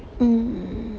mm